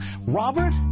Robert